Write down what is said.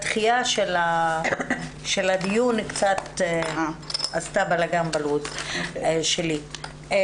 הדחיה של הדיון עשתה קצת בלאגן בלו"ז שלי.